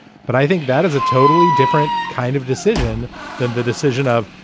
but i think that is a totally different kind of decision than the decision of,